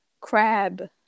crab